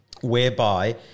whereby